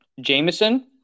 Jameson